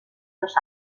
los